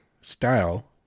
style